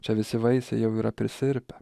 čia visi vaisiai jau yra prisirpę